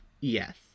Yes